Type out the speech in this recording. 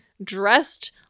dressed